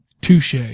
touche